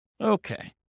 Okay